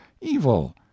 evil